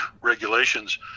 regulations